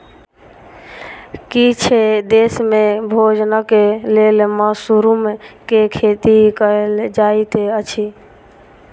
किछ देस में भोजनक लेल मशरुम के खेती कयल जाइत अछि